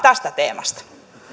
tästä teemasta